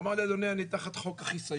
הוא אמר לי: אדוני, אני תחת חוק החיסיון.